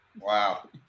Wow